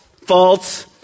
false